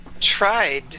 tried